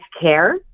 care